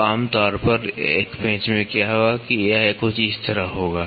तो आम तौर पर एक पेंच में क्या होगा कि यह कुछ इस तरह होगा